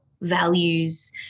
values